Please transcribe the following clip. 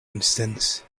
instance